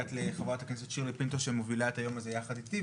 הגעת לחברת כנסת שירלי פינטו שמובילה את היום הזה יחד איתי,